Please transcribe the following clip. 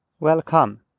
Welcome